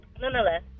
nonetheless